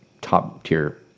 top-tier